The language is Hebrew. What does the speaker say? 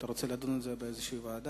אתה רוצה לדון על זה באיזו ועדה?